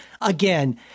again